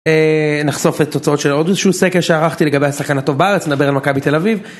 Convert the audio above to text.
נחשוף את תוצאות של עוד איזשהו סקר שערכתי לגבי השחקן הטוב בארץ, נדבר על מכבי תל אביב.